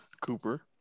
Cooper